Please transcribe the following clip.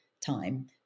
time